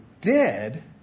dead